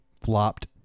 flopped